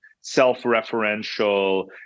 self-referential